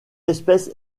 espèce